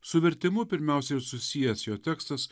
su vertimu pirmiausiai ir susijęs jo tekstas